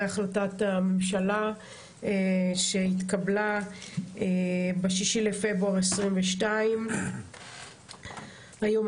החלטת הממשלה שהתקבלה ב-6 בפברואר 2022. היום,